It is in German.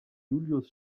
julius